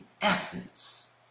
essence